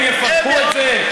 הם יפרקו את זה?